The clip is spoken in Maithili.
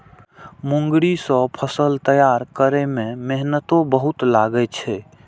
मूंगरी सं फसल तैयार करै मे मेहनतो बहुत लागै छै